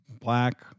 black